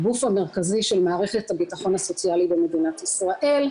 הגוף המרכזי של מערכת הביטחון הסוציאלי במדינת ישראל,